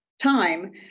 Time